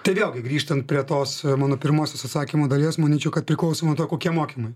tai vėlgi grįžtant prie tos mano pirmosios atsakymo dalies manyčiau kad priklauso nuo to kokie mokymai